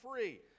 free